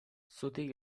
zutik